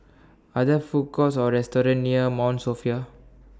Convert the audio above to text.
Are There Food Courts Or restaurants near Mount Sophia